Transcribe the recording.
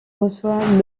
reçoit